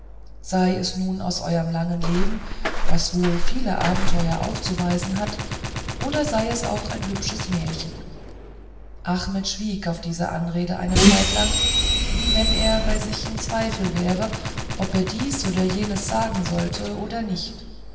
sei es nun aus eurem langen leben das wohl viele abenteuer aufzuweisen hat oder sei es auch ein hübsches märchen achmet schwieg auf diese anrede eine zeitlang wie wenn er bei sich im zweifel wäre ob er dies oder jenes sagen sollte oder nicht